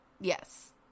yes